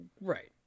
Right